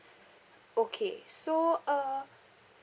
okay so uh